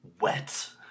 wet